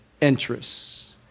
interests